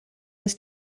was